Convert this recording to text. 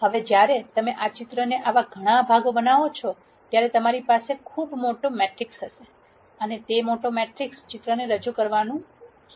હવે જ્યારે તમે આ ચિત્રને આવા ઘણા ભાગોમાં બનાવો છો ત્યારે તમારી પાસે ખૂબ મોટો મેટ્રિક્સ હશે અને તે મોટા મેટ્રિક્સ ચિત્રને રજૂ કરવાનું શરૂ કરશે